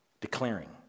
declaring